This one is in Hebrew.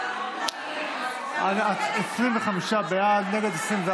25 בעד, נגד, 24,